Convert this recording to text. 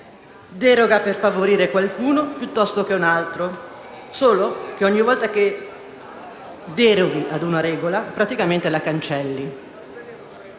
Deroga per favorire qualcuno piuttosto che un altro. Solo che ogni volta che deroghi ad una regola, praticamente la cancelli.